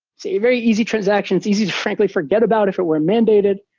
it's a very easy transaction. it's easy to frankly forget about if it were mandated.